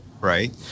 right